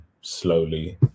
slowly